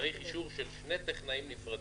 צריך אישור של שני טכנאים נפרדים,